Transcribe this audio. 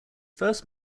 first